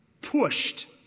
pushed